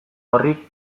horri